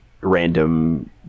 random